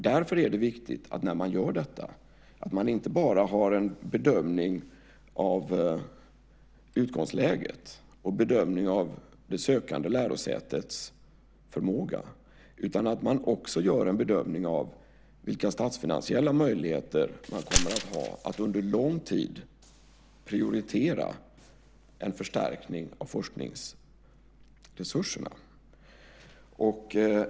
Därför är det viktigt att när detta görs inte bara ha en bedömning av utgångsläget och bedömning av det sökande lärosätets förmåga utan att man också gör en bedömning av vilka statsfinansiella möjligheter lärosätet kommer att ha att under lång tid prioritera en förstärkning av forskningsresurserna.